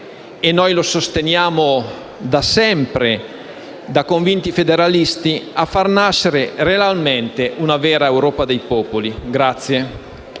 - noi lo sosteniamo da sempre, da convinti federalisti - a far nascere una vera Europa dei popoli.